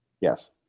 Yes